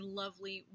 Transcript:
lovely